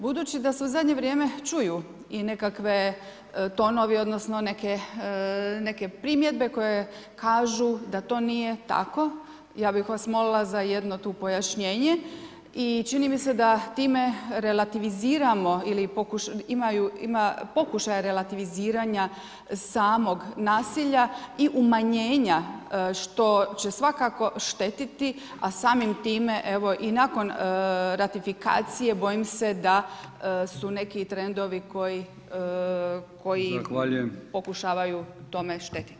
Budući da se u zadnje vrijeme čuju i nekakve tonovi, odnosno neke primjedbe koje kažu da to nije tako, ja bih vas molila za jedno tu pojašnjenje i čini mi se da time relativiziramo ili ima pokušaja relativiziranja samog nasilja i umanjenja što će svakako štetiti, a samim time evo i nakon ratifikacije, bojim se da su neki trendovi koji pokušavaju tome štetiti.